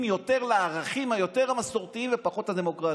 לערכים המסורתיים יותר ופחות לדמוקרטיים.